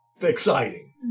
exciting